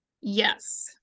Yes